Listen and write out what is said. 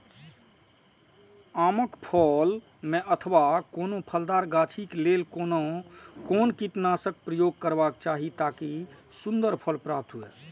आम क फल में अथवा कोनो फलदार गाछि क लेल कोन कीटनाशक प्रयोग करबाक चाही ताकि सुन्दर फल प्राप्त हुऐ?